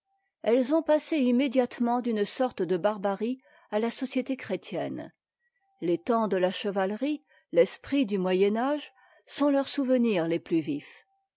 elles ont passé immédiatement d'une sorte de barbarie à la société chrétienne les temps de la chevalerie l'esprit du moyen âge sont leurs souvenirs les plus vifs